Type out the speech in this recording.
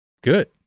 Good